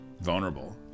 vulnerable